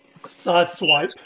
Sideswipe